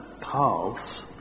paths